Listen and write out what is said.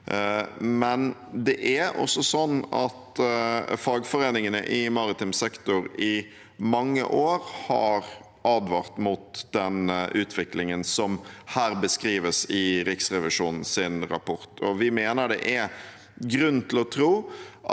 men det er også slik at fagforeningene i maritim sektor i mange år har advart mot den utviklingen som beskrives i Riksrevisjonens rapport. Vi mener det er grunn til å tro